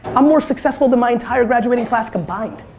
i'm more successful than my entire graduating class combined.